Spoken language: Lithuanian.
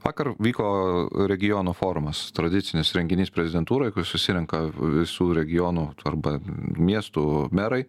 vakar vyko regionų forumas tradicinis renginys prezidentūroj kur susirenka visų regionų arba miestų merai